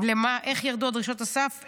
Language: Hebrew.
איך ירדו דרישות הסף?